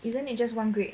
isn't it just one grade